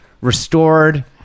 restored